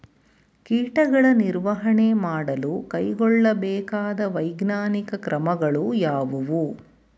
ಕೀಟಗಳ ನಿರ್ವಹಣೆ ಮಾಡಲು ಕೈಗೊಳ್ಳಬೇಕಾದ ವೈಜ್ಞಾನಿಕ ಕ್ರಮಗಳು ಯಾವುವು?